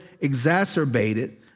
exacerbated